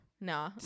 no